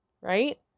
Right